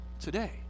today